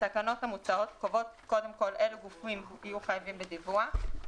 התקנות המוצעות קובעות קודם כל אילו גופים יהיו חייבים בדיווח,